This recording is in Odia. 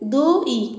ଦୁଇ